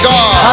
God